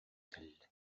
кэллэ